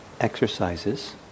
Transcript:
exercises